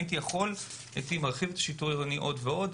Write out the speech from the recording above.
אם הייתי יכול הייתי מרחיב את השיטור העירוני עוד ועוד,